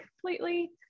completely